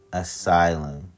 asylum